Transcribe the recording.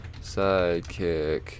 sidekick